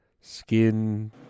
skin